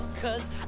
cause